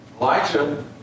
Elijah